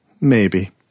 Maybe